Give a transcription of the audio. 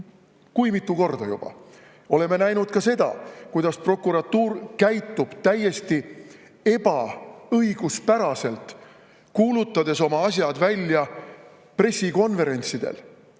kui mitu korda. Oleme näinud ka seda, kuidas prokuratuur on käitunud täiesti ebaõiguspäraselt, kuulutades oma asjad välja pressikonverentsidel.